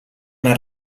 una